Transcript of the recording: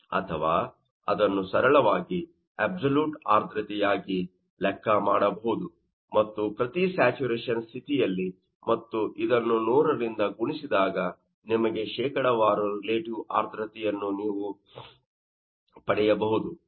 ಅಥವಾ ಅದನ್ನು ಸರಳವಾಗಿ ಅಬ್ಸಲ್ಯೂಟ್ ಆರ್ದ್ರತೆಯಾಗಿ ಲೆಕ್ಕ ಮಾಡಬಹುದು ಮತ್ತು ಪ್ರತಿ ಸ್ಯಾಚುರೇಶನ್ ಸ್ಥಿತಿಯಲ್ಲಿ ಮತ್ತು ಇದನ್ನು 100 ರಿಂದ ಗುಣಿಸಿದಾಗ ನಿಮಗೆ ಶೇಕಡಾವಾರು ರಿಲೇಟಿವ್ ಆರ್ದ್ರತೆಯನ್ನು ನೀವು ಪಡೆಯಬಹುದು